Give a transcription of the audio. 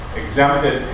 exempted